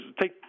take